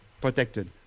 protected